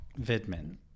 Vidman